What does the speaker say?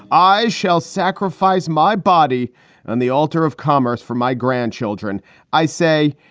i shall sacrifice my body on the altar of commerce for my grandchildren i say,